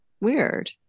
Weird